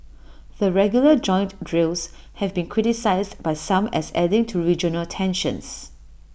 the regular joint drills have been criticised by some as adding to regional tensions